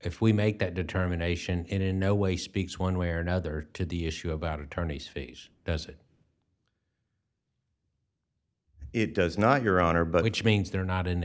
if we make that determination in no way speaks one way or another to the issue about attorney's fees does it it does not your honor but which means they're not